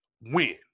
win